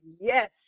yes